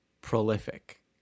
prolific